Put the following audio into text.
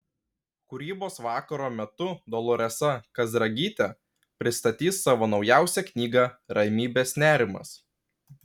kūrybos vakaro metu doloresa kazragytė pristatys savo naujausią knygą ramybės nerimas